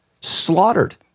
slaughtered